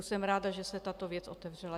Jsem ráda, že se tato věc otevřela.